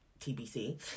tbc